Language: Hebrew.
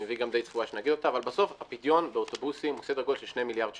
אבל בסוף הפדיון באוטובוסים סדר גודל של 2 מיליארד שקלים.